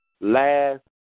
last